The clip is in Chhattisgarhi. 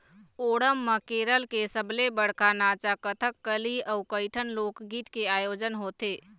ओणम म केरल के सबले बड़का नाचा कथकली अउ कइठन लोकगीत के आयोजन होथे